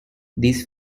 these